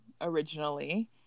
originally